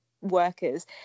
workers